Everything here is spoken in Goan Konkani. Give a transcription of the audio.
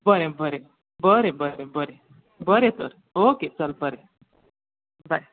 बरे बरे बरे बरे बरे तर ओके चल बाय